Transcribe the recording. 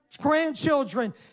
grandchildren